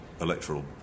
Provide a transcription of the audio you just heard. electoral